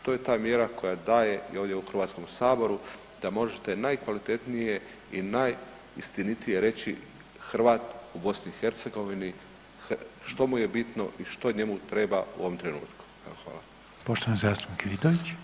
To je ta mjera koja daje i ovdje u Hrvatskom saboru da možete najkvalitetnije i najistinitije reći Hrvat u BiH-u, što mu je bitno i što njemu treba u ovom trenutku.